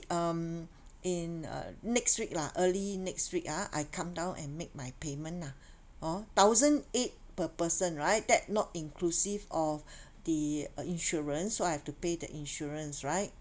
um in uh next week lah early next week ah I come down and make my payment ah hor thousand eight per person right that not inclusive of the uh insurance so I have to pay the insurance right